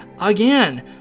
Again